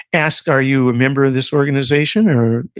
ask, are you a member of this organization? or,